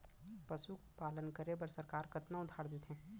पशुपालन करे बर सरकार कतना उधार देथे?